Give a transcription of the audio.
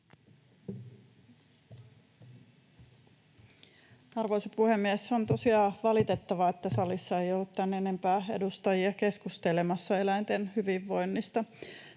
Arvoisa puhemies! On tosiaan valitettavaa, että salissa ei ollut tämän enempää edustajia keskustelemassa eläinten hyvinvoinnista.